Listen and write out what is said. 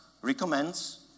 recommends